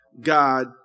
God